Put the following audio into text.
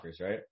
right